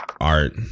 art